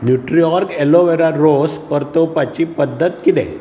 Nutriorg aloe vera रोस परतीवपाची पद्दत किदें